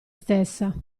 stessa